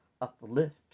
uplift